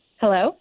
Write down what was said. Hello